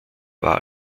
war